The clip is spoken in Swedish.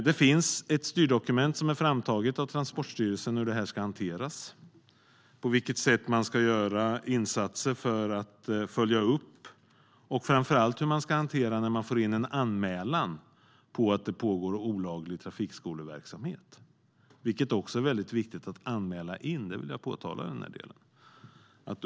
Det finns ett styrdokument, som är framtaget av Transportstyrelsen, om hur det här ska hanteras, på vilket sätt man ska göra insatser för att följa upp och framför allt hur man ska hantera det när man får in en anmälan om att det pågår olaglig trafikskoleverksamhet. Det är väldigt viktigt att anmäla detta. Det vill jag framhålla.